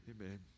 Amen